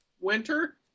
winter